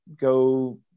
Go